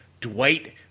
Dwight